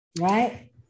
Right